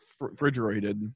refrigerated